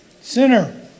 Sinner